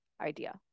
idea